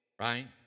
right